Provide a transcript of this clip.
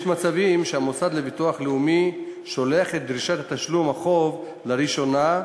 יש מצבים שהמוסד לביטוח לאומי שולח את דרישת תשלום החוב לראשונה,